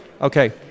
Okay